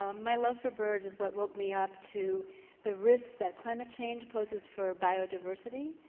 um my love for birds is what woke me up to the risks that climate change poses for bio-diversity.